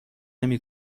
نمی